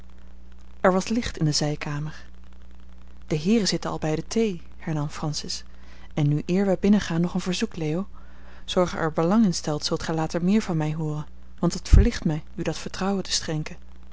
er was licht in de zijkamer de heeren zitten al bij de thee hernam francis en nu eer wij binnengaan nog een verzoek leo zoo gij er belang in stelt zult gij later meer van mij hooren want het verlicht mij u dat vertrouwen te schenken